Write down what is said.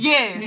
Yes